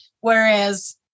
whereas